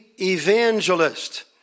evangelist